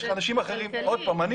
עוד פעם,